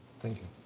thank you.